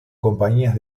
compañías